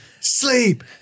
Sleep